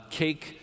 cake